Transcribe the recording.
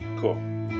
Cool